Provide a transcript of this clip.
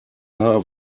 haar